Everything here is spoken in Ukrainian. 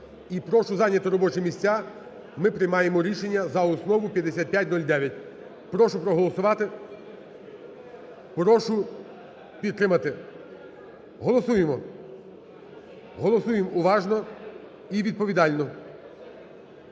І прошу зайняти робочі місця, ми приймаємо рішення за основу 5509. Прошу проголосувати, прошу підтримати. Голосуємо. Голосуємо уважно і відповідально.